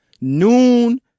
noon